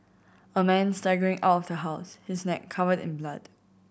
a man staggering out of the house his neck covered in blood